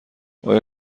آیا